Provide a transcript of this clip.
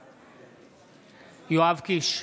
בעד יואב קיש,